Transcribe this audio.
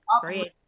Great